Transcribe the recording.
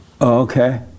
Okay